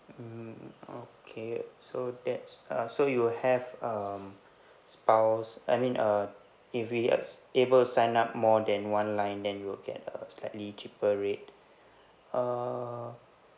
mm okay so that's uh so you'll have um spouse I mean uh if we uh able sign up more than one line then we'll get a slightly cheaper rate err